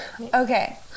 Okay